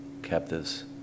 captives